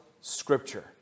scripture